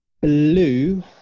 Blue